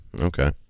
Okay